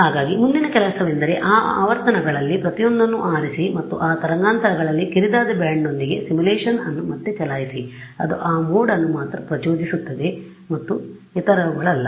ಹಾಗಾಗಿ ಮುಂದಿನ ಕೆಲಸವೆಂದರೆ ಆ ಆವರ್ತನಗಳಲ್ಲಿ ಪ್ರತಿಯೊಂದನ್ನು ಆರಿಸಿ ಮತ್ತು ಆ ತರಂಗಾಂತರಗಳಲ್ಲಿ ಕಿರಿದಾದ ಬ್ಯಾಂಡ್ನೊಂದಿಗೆ ಸಿಮ್ಯುಲೇಶನ್ ಅನ್ನು ಮತ್ತೆ ಚಲಾಯಿಸಿ ಅದು ಆ ಮೋಡ್ ಅನ್ನು ಮಾತ್ರ ಪ್ರಚೋದಿಸುತ್ತದೆ ಮತ್ತು ಇತರವುಗಳಲ್ಲ